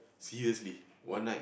seriously one night